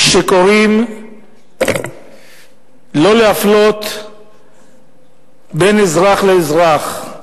שקוראים לא להפלות בין אזרח לאזרח,